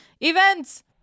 events